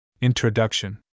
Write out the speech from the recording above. Introduction